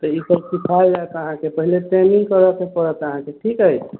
तऽ ई सब सिखाएल जाएत अहाँकेँ पहिले ट्रेनिङ्ग करऽके पड़त अहाँकेँ ठीक अछि